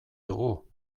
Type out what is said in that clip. dugu